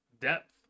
Depth